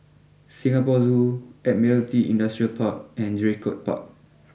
Singapore Zoo Admiralty Industrial Park and Draycott Park